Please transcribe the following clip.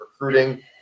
recruiting